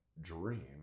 dream